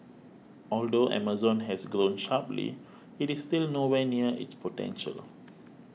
although Amazon has grown sharply it is still nowhere near its potential